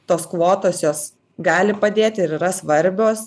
tos kvotos jos gali padėti ir yra svarbios